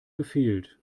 gefehlt